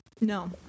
No